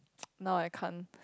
no I can't